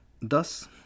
Thus